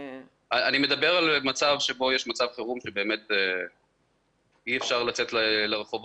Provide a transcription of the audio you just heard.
אני מדבר על מצב שבו יש מצב חירום שבאמת אי אפשר לצאת לרחובות,